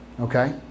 Okay